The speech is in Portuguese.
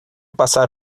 passar